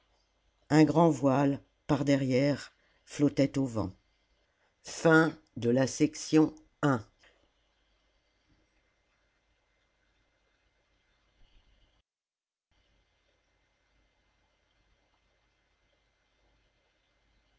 un grand voile par derrière flottait au vent ii a